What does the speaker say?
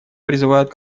призывают